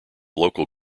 local